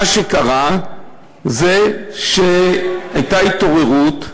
מה שקרה זה שהייתה התעוררות.